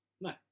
no